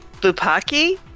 Bupaki